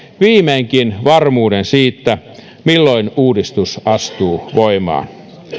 viimeinkin varmuuden siitä milloin uudistus astuu voimaan